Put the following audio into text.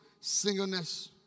singleness